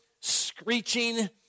screeching